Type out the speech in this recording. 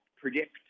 predict